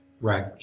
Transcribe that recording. Right